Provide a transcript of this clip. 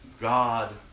God